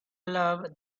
love